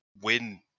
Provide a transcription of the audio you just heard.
win